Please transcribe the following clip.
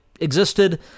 existed